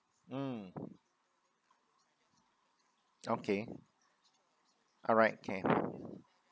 mm okay alright can